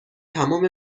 تمام